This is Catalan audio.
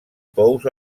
pous